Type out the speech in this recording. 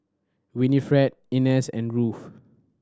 Winifred Inez and Ruthe